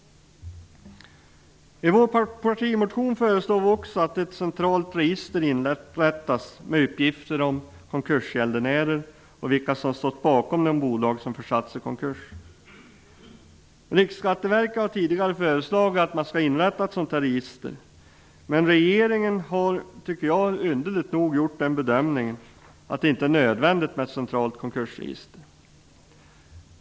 I vår partimotion föreslår vi också att ett centralt register inrättas med uppgifter om konkursgäldenärer och om vilka som har stått bakom de bolag som försatts i konkurs. Riksskatteverket har tidigare föreslagit att man skall inrätta ett sådant register, men regeringen har underligt nog gjort den bedömningen att det inte är nödvändigt med ett centralt konkursregister.